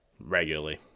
regularly